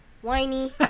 whiny